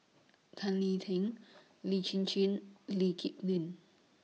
Tan Lee Teng Lee Chin Chin Lee Kip Lin